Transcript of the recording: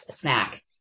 snack